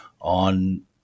on